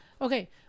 Okay